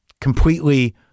completely